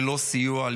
ללא סיוע,